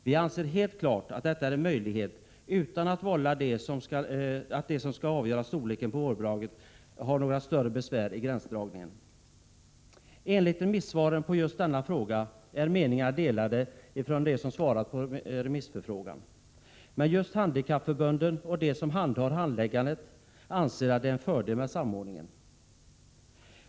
Vi anser att detta helt klart är möjligt utan att vålla dem som skall avgöra storleken på vårdbidraget några större besvär vid gränsdragningen. Bland remissinstanserna är meningarna delade när det gäller denna fråga, men just Handikappförbundet och de som sköter handläggandet anser att det är en fördel med samordningen.